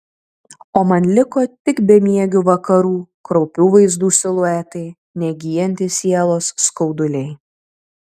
o man liko tik bemiegių vakarų kraupių vaizdų siluetai negyjantys sielos skauduliai